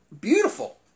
beautiful